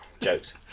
jokes